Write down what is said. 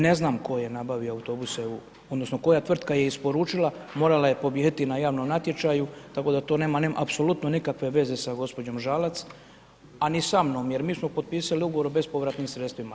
Ne znam tko je nabavio autobuse u, odnosno koja tvrtka je isporučila morala je pobijediti na javnom natječaju, tako da to nema apsolutno nikakve veze sa gospođom Žalac, a ni sa mnom jer mi smo potpisali ugovor o bespovratnim sredstvima.